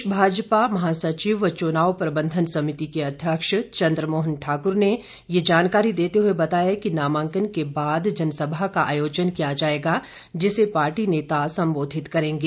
प्रदेश भाजपा महासचिव व चुनाव प्रबंधन समिति के अध्यक्ष चन्द्रमोहन ठाकुर ने ये जानकारी देते हुए बताया कि नामांकन के बाद जनसभा का आयोजन किया जाएगा जिसे पार्टी नेता संबोधित करेंगे